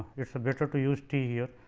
is better to use t here.